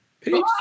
Peace